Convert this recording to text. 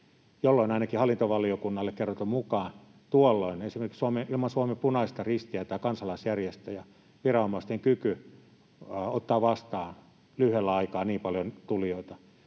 jolloin ainakin hallintovaliokunnalle kerrotun mukaan esimerkiksi ilman Suomen Punaista Ristiä tai kansalaisjärjestöjä viranomaisten kyky ottaa vastaan lyhyellä aikaa niin paljon tulijoita